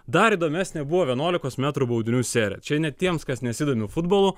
dar įdomesnė buvo vienuolikos metrų baudinių serija čia net tiems kas nesidomi futbolu